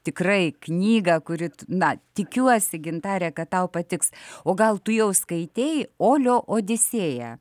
tikrai knygą kuri na tikiuosi gintare kad tau patiks o gal tu jau skaitei olio odisėją